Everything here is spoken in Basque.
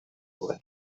zuen